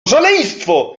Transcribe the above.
szaleństwo